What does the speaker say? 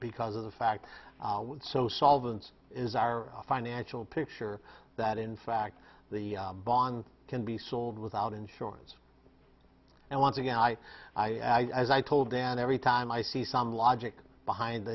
because of the fact so solvents is our financial picture that in fact the bond can be sold without insurance and once again i as i told dan every time i see some logic behind